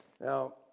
Now